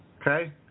okay